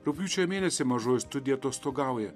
rugpjūčio mėnesį mažoji studija atostogauja